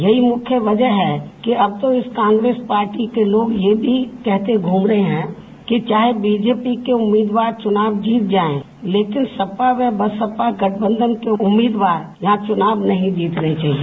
यही मुख्य वजह है कि अब तो इस कांग्रेस पार्टी के लोग ये भी कहते घूम रहे हैं कि चाहे बीजेपी के उम्मीदवार चुनाव जीत जाये लेकिन सपा व बसपा गठबंधन के उम्मीदवार यहां चुनाव नही जीतने चाहिए